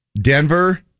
denver